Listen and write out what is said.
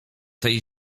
tej